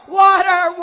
water